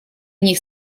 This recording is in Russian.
них